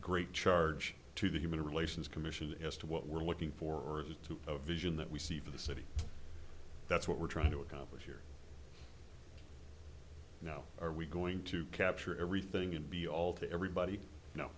great charge to the human relations commission as to what we're looking for as to a vision that we see for the city that's what we're trying to accomplish here now are we going to capture everything and be all to everybody you know